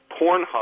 Pornhub